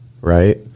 right